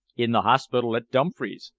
in the hospital at dumfries.